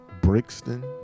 Brixton